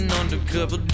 undercover